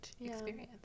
experience